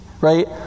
Right